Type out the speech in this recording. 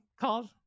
Called